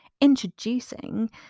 introducing